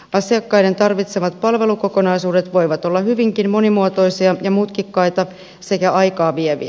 asiakkaiden tarvitsemat palvelukokonaisuudet voivat olla hyvinkin monimuotoisia ja mutkikkaita sekä aikaa vieviä